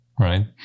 right